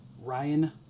Ryan